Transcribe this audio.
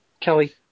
Kelly